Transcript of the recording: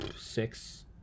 six